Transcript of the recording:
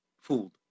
fooled